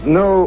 no